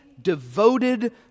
devoted